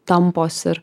tampos ir